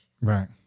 Right